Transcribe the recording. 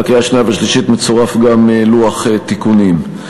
לקריאה השנייה והשלישית מצורף גם לוח תיקונים.